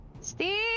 Steve